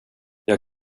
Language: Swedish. jag